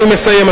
אני מסיים,